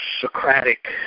Socratic